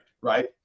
right